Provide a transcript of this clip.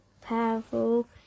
powerful